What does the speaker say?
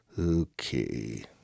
okay